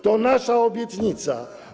To nasza obietnica.